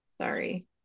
sorry